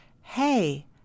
Hey